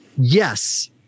Yes